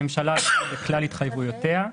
הממשלה עמדה בכלל התחייבויותיה.